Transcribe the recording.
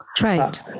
right